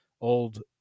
old